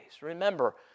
Remember